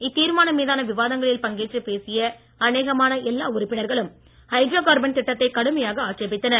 இத்தீர்மானம் மீதான விவாதங்களில் பங்கேற்று பேசிய அனேகமான எல்லா உறுப்பினர்களும் ஹைட்ரோகார்பன் திட்டத்தை கடுமையாக ஆட்சேபித்தனர்